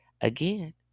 Again